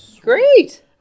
great